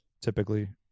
typically